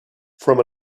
from